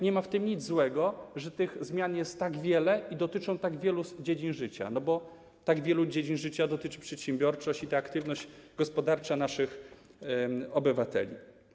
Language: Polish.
Nie ma nic złego w tym, że tych zmian jest tak wiele i dotyczą one tak wielu dziedzin życia, bo tak wielu dziedzin życia dotyczy przedsiębiorczość i aktywność gospodarcza naszych obywateli.